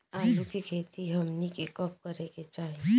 आलू की खेती हमनी के कब करें के चाही?